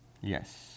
Yes